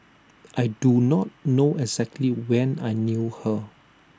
I do not know exactly when I knew her